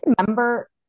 remember